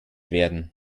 werden